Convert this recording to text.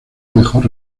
mejor